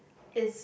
is